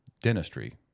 dentistry